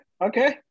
Okay